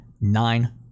nine